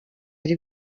ari